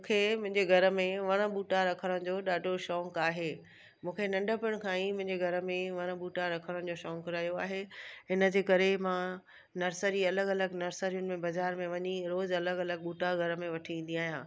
मूंखे मुंहिंजे घर में वण बूटा रखण जो ॾाढो शौक़ु आहे मूंखे नंढपण खां ई पंहिंजे घर में वण बूटा रखण जो शौक़ु रहियो आहे हिन जे करे मां नर्सरी अलॻि अलॻि नर्सरियुनि बाज़ारि में वञी रोज़ु अलॻि अलॻि बूटा घर में वठी ईंदी आहियां